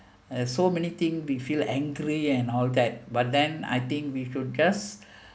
uh so many thing we feel angry and all that but then I think we should just